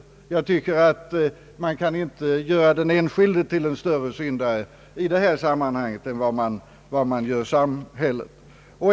Jag tycker inte man kan göra den enskilde till större syn Ang. förslag till införsellag m.m. dare i detta sammanhang än samhället.